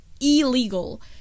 illegal